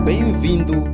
Bem-vindo